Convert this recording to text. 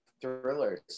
Thrillers